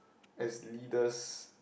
as leaders